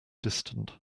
distant